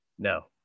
No